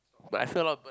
but I feel a lot of people